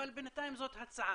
אבל בינתיים עדיין זו הצעה.